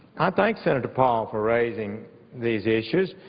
i thank senator paul for raising these issues.